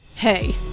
Hey